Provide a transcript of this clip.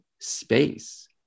space